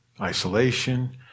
isolation